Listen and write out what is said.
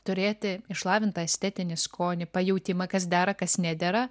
turėti išlavintą estetinį skonį pajautimą kas dera kas nedera